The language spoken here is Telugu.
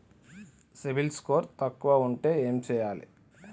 సిబిల్ స్కోరు తక్కువ ఉంటే ఏం చేయాలి?